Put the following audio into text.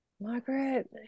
Margaret